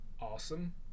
Awesome